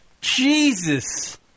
Jesus